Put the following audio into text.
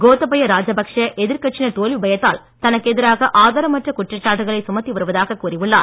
கோத்தபய ராஜபக்ஷ எதிர்க்கட்சியினர் தோல்வி பயத்தால் தனக்கு எதிராக ஆதாரமற்ற குற்றச்சாட்டுகளை சுமத்தி வருவதாகக் கூறியுள்ளார்